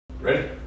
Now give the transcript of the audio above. Ready